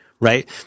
right